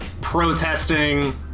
protesting